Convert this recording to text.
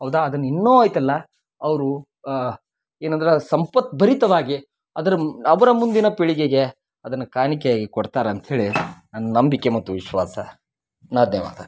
ಹೌದಾ ಅದನ್ನ ಇನ್ನೂ ಆಯ್ತಲ್ಲ ಅವರು ಏನಂದರೆ ಸಂಪತ್ಭರಿತವಾಗಿ ಅದ್ರ ಅವರ ಮುಂದಿನ ಪೀಳಿಗೆಗೆ ಅದನ್ನು ಕಾಣಿಕೆಯಾಗಿ ಕೊಡ್ತಾರಂತ್ಹೇಳಿ ನಂಗೆ ನಂಬಿಕೆ ಮತ್ತು ವಿಶ್ವಾಸ ನಾದ್ಯವಾದ